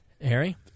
Harry